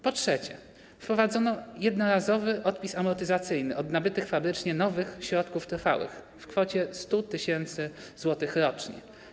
Po trzecie, wprowadzono jednorazowy odpis amortyzacyjny od nabytych fabrycznie nowych środków trwałych w kwocie 100 tys. zł rocznie.